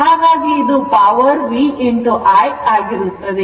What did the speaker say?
ಹಾಗಾಗಿ ಇದು power v i ಆಗಿರುತ್ತದೆ